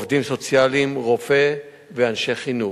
עובדים סוציאליים, רופא ואנשי חינוך.